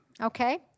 Okay